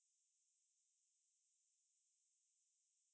the crescent is where